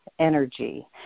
energy